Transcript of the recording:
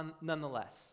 nonetheless